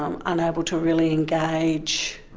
um unable to really engage,